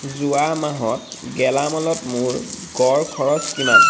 যোৱা মাহত গেলামালত মোৰ গড় খৰচ কিমান